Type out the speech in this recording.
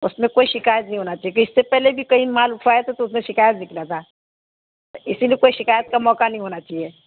اس میں کوئی شکایت نہیں ہونا چاہیے کہ اس سے پہلے بھی کہیں مال افیا تھا تو اس میں شکایت نکلا تھا اسی لیے کوئی شکایت کا موقع نہیں ہونا چاہیے